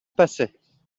passait